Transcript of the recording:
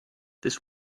this